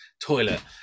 Toilet